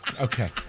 Okay